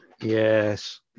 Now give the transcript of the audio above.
Yes